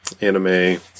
anime